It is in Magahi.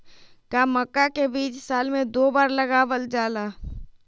का मक्का के बीज साल में दो बार लगावल जला?